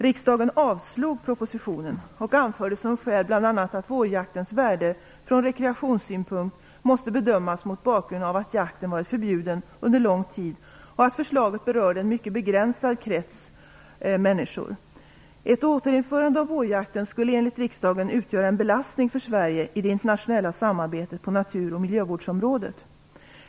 Riksdagen avslog propositionen och anförde som skäl bl.a. att vårjaktens värde från rekreationssynpunkt måste bedömas mot bakgrund av att jakten varit förbjuden under lång tid och att förslaget berörde en mycket begränsad krets människor. Ett återinförande av vårjakten skulle enligt riksdagen utgöra en belastning för Sverige i det internationella samarbetet på natur och miljövårdsområdet.